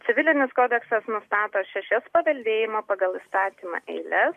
civilinis kodeksas nustato šešias paveldėjimo pagal įstatymą eiles